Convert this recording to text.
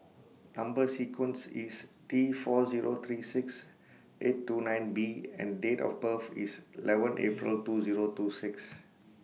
Number sequence IS T four Zero three six eight two nine B and Date of birth IS eleven April two Zero two six